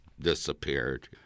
disappeared